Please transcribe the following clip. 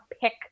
pick